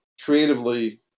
creatively